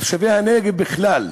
לתושבי הנגב בכלל,